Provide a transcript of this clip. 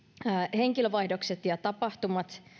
henkilövaihdokset tapahtumat ja